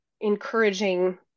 encouraging